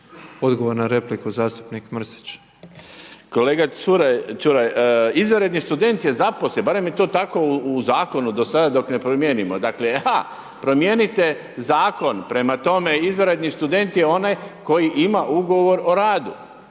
Mirando (Nezavisni)** Kolega Čuraj izvanredni student je zaposlen, barem je to tako u zakonu, do sada dok ne promijenimo, dakle, ha promijenite zakon, prema tome izvanredni student koji ima ugovor o radu.